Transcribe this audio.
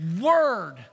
word